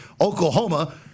Oklahoma